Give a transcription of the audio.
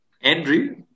Andrew